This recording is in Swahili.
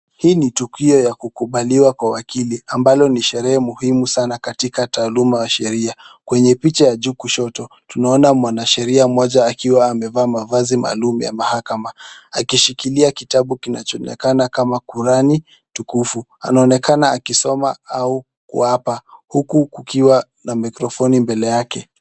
Hii ni tukio la kukubaliwa kwa wakili ambalo ni sherehe muhimu sana katika taaluma ya sheria. Kwenye picha ya juu kushoto tunaona mwanasheria mmoja akiwa amevaa mavazi maalum ya mahakama akishikilia kitabu kinachoonekana kama kurani tukufu. Anaonekana akisoma au kuapa huku kukiwa na maikrofoni mbele yake.